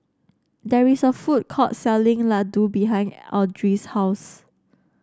there is a food court selling Laddu behind Audry's house